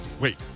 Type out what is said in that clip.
Wait